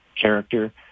character